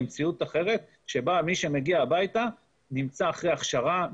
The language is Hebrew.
למציאות אחרת שבה מי שמגיע הביתה נמצא אחרי הכשרה,